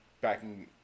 backing